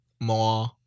more